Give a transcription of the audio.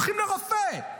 הולכים לרופא.